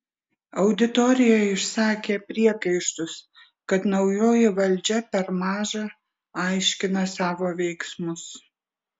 auditorija išsakė priekaištus kad naujoji valdžia per maža aiškina savo veiksmus